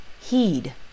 heed